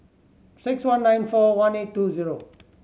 six one nine four one eight two zero